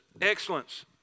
excellence